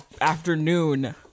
afternoon